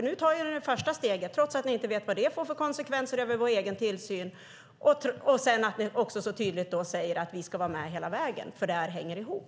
Nu tar ni det första steget, trots att ni inte vet vilka konsekvenser det får för vår egen tillsyn. Dessutom säger ni tydligt att vi ska vara med hela vägen, för det hänger ihop.